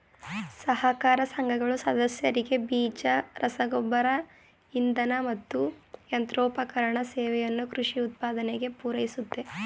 ಸಹಕಾರ ಸಂಘಗಳು ಸದಸ್ಯರಿಗೆ ಬೀಜ ರಸಗೊಬ್ಬರ ಇಂಧನ ಮತ್ತು ಯಂತ್ರೋಪಕರಣ ಸೇವೆಯನ್ನು ಕೃಷಿ ಉತ್ಪಾದನೆಗೆ ಪೂರೈಸುತ್ತೆ